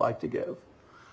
like to give